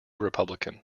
republican